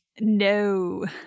No